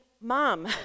Mom